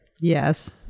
Yes